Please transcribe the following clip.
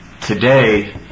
today